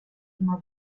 immer